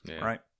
Right